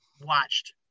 watched